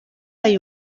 hay